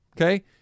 okay